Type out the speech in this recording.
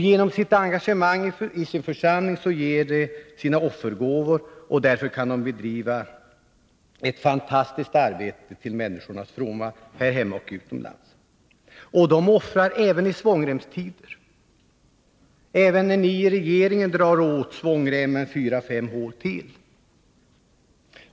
Genom sitt engagemang i sin församling ger de sina offergåvor, och därför kan församlingarna bedriva ett värdefullt arbete till människornas fromma, både här hemma och utomlands. Dessa människor offrar även i svångremstider, även när ni i regeringen drar åt svångremmen fyra fem hål ytterligare.